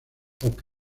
ocre